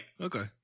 Okay